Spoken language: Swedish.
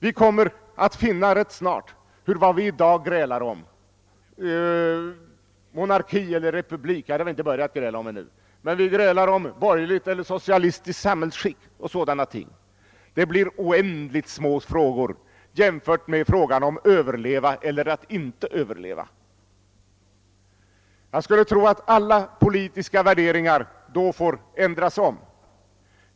Vi kommer rätt snart att finna att vad vi i dag grälar om — monarki eller republik har vi inte börjat gräla om ännu, men vi grälar om ett borgerligt eller ett socialistiskt samhällsskick och sådana ting — blir oändligt små frågor jämfört med frågan om att överleva eller inte överleva. Jag skulle tro att alla politiska värderingar då får ändras om.